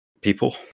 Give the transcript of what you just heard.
people